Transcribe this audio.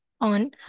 on